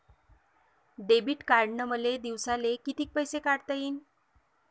Debit कार्डनं मले दिवसाले कितीक पैसे काढता येईन?